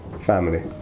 Family